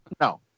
No